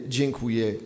Dziękuję